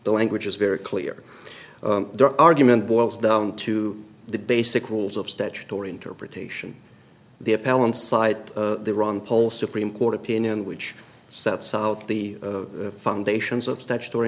the language is very clear argument boils down to the basic rules of statutory interpretation the a pal inside the wrong poll supreme court opinion which sets out the foundations of statutory